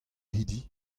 hiziv